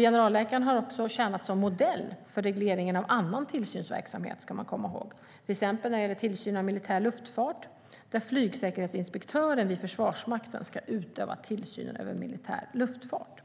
Generalläkaren har också tjänat som modell för regleringen av annan tillsynsverksamhet, ska man komma ihåg, till exempel när det gäller tillsynen av militär luftfart där flygsäkerhetsinspektören vid Försvarsmakten ska utöva tillsynen över militär luftfart.